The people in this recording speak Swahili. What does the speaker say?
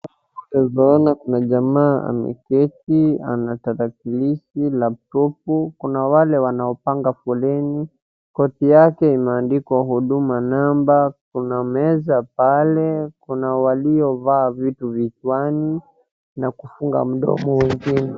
Unavyoona, kuna jamaa ameketi ana tarakilishi laptopu . Kuna wale wanaopanga foreni. Koti yake imeandikwa huduma number . Kuna meza pale, kuna waliovaa vitu vichwani na kufunga mdomo wengine.